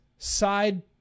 side